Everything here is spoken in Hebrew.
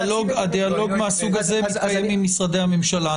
הדיאלוג מהסוג הזה מתקיים עם משרדי הממשלה.